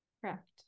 correct